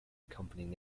accompanying